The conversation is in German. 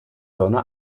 sonne